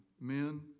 men